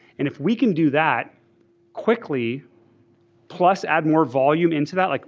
and if we can do that quickly plus add more volume into that, like